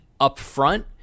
upfront